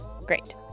Great